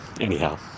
Anyhow